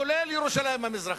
כולל ירושלים המזרחית.